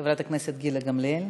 חברת הכנסת גילה גמליאל.